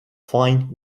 fine